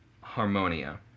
harmonia